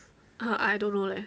I don't know leh